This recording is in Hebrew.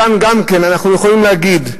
כאן גם כן אנחנו יכולים להגיד,